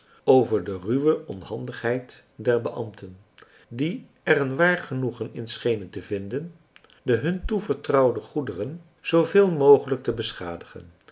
over de ruwe onhandigheid der beambten die er een waar genoegen in schenen te vinden de hun toevertrouwde goederen zooveel mogelijk te beschadigen